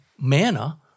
manna